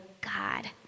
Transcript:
God